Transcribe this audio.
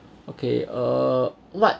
okay uh what